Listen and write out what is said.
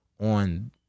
on